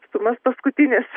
sumas paskutines